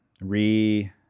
re-